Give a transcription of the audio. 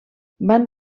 van